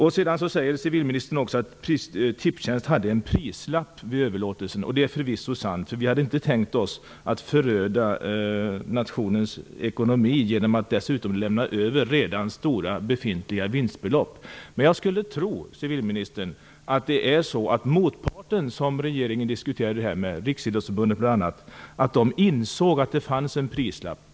Civilministern säger också att Tipstjänst satte en prislapp på överlåtelsen, och det är förvisso sant. Vi hade inte heller tänkt oss att föröda nationens ekonomi genom att dessutom lämna över stora, redan befintliga vinstbelopp. Jag skulle tro, civilministern, att den motpart som regeringen diskuterade detta med, bl.a. Riksidrottsförbundet, insåg att det fanns en prislapp.